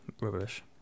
Rubbish